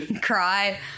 cry